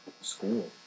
school